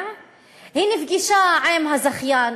הנושא הוא: יום המודעות והזיכרון